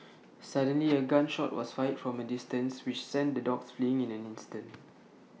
suddenly A gun shot was fired from A distance which sent the dogs fleeing in an instant